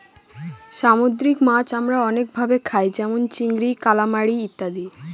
সামুদ্রিক মাছ আমরা অনেক ভাবে খায় যেমন চিংড়ি, কালামারী ইত্যাদি